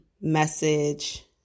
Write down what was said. message